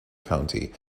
county